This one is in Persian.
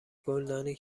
گلدانی